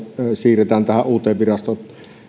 siirretään tähän uuteen